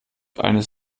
eines